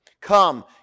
come